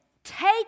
Take